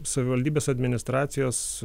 savivaldybės administracijos